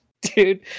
dude